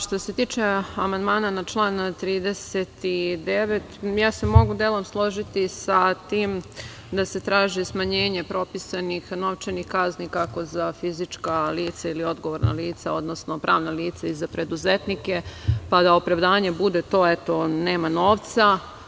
Što se tiče amandmana na član 39, mogu se delom složiti sa tim da se traži smanjenje propisanih novčanih kazni, kako za fizička lica ili odgovorna lica, odnosno pravna lica i za preduzetnike, pa da opravdanje bude to - eto, nema novca.